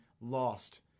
lost